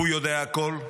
הוא יודע הכול,